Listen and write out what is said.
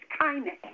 kindness